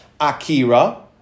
Akira